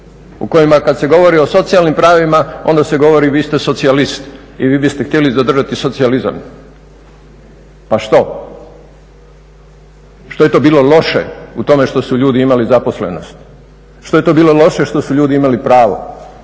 u kojima kada se govori o socijalnim pravima onda se govori vi ste socijalist i vi biste htjeli zadržati socijalizam. Pa što? Što je to bilo loše u tome što su ljudi imali zaposlenost, što je to bilo loše što su ljudi imali pravo,